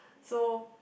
so